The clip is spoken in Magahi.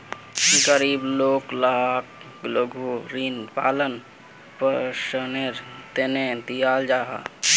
गरीब लोग लाक लघु ऋण पालन पोषनेर तने दियाल जाहा